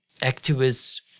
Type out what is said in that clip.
activists